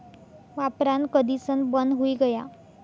वापरान कधीसन बंद हुई गया